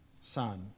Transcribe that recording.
Son